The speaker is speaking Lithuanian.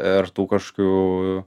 ir tų kažkokių